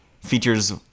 features